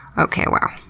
okay. wow.